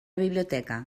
biblioteca